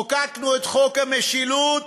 חוקקנו את חוק המשילות,